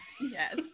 yes